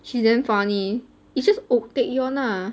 she's damn funny it's just ok taecyeon